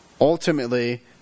Ultimately